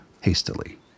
hastily